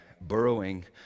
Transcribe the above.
burrowing